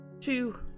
two